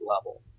level